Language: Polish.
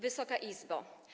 Wysoka Izbo!